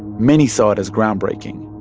many saw it as groundbreaking,